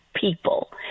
people